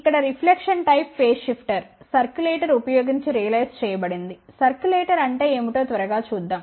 ఇక్కడ reflection type phase shifter circulator ఉపయోగించి realise చేయబడింది సర్క్యులేటర్ అంటే ఏమిటో త్వరగా చూద్దాం